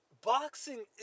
Boxing